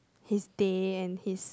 his day and his